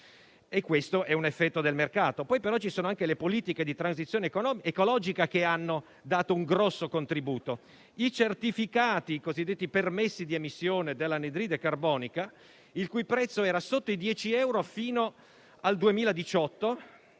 Questo è un effetto del mercato. Ci sono, però, anche le politiche di transizione ecologica, che hanno dato un notevole contributo: il prezzo dei certificati, i cosiddetti permessi di emissione dell'anidride carbonica, che era sotto i 10 euro fino al 2018,